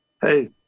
hey